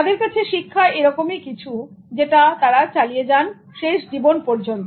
তাদের কাছে শিক্ষা এরকমই কিছু যেটা তারা চালিয়ে যান শেষ জীবন পর্যন্ত